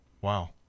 Wow